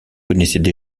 connaissaient